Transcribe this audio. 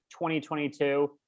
2022